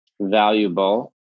valuable